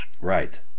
Right